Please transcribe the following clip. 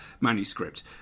manuscript